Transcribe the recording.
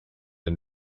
and